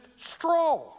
straw